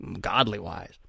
godly-wise